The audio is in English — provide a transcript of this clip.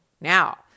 Now